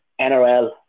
NRL